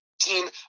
team